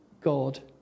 God